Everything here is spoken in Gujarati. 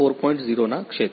0 ના ક્ષેત્રે